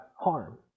harm